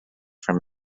from